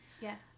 Yes